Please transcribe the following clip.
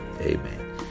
amen